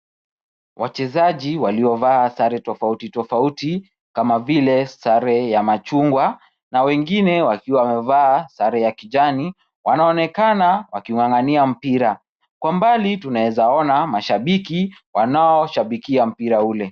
Wachezaji waliovaa sare tofauti tofauti kama vile sare ya machungwa na wengine wakiwa wamevaa sare ya kijani, wanaonekana waking'ang'ania mpira. Kwa mbali tunaeza ona mashabiki wanaoshabikia mpira ule.